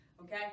Okay